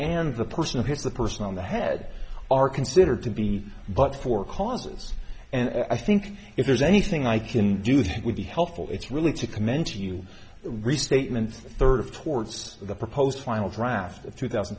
and the person who's the person on the head are considered to be but for causes and i think if there's anything i can do that would be helpful it's really to commend to you the restatement third of towards the proposed final draft of two thousand